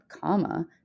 comma